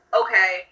okay